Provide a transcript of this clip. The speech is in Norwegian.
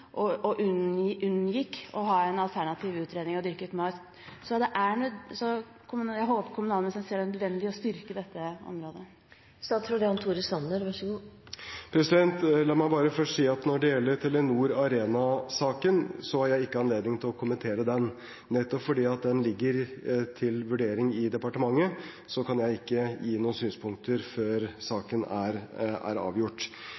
og unngikk å ha en alternativ utredning av dyrket mark. Jeg håper kommunalministeren ser at det er nødvendig å styrke dette området. La meg bare først si at når det gjelder Telenor Arena-saken, har jeg ikke anledning til å kommentere den. Nettopp fordi den ligger til vurdering i departementet, kan jeg ikke gi noen synspunkter før saken er avgjort. Jeg håper ikke at representanten mener at plan- og bygningsloven ble misbrukt, for hvis det er